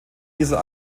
dieser